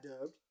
dubbed